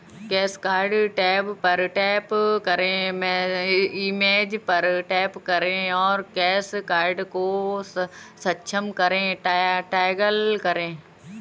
cash card tab पर tap करें, image पर टैप करें और कैश कार्ड को सक्षम करें टॉगल करें